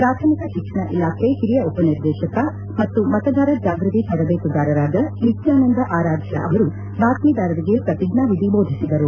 ಪ್ರಾಥಮಿಕ ಶಿಕ್ಷಣ ಇಲಾಖೆ ಹಿರಿಯ ಉಪನಿರ್ದೇಶಕ ಮತ್ತು ಮತದಾರ ಜಾಗೃತಿ ತರಬೇತುದಾರರಾದ ನಿತ್ಯಾಸಂದ ಆರಾಧ್ಯ ಅವರು ಬಾತ್ತೀದಾರರಿಗೆ ಮತದಾರರ ಪ್ರತಿಜ್ಞಾನಿಧಿ ಬೋಧಿಸಿದರು